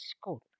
school